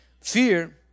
Fear